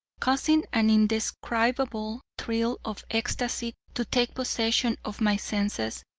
causing an indescribable thrill of ecstasy to take possession of my senses,